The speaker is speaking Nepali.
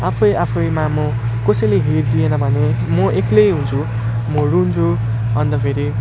आफै आफैमा म कसैले हेरिदिएन भने म एक्लै हुन्छु म रुन्छु अन्त फेरि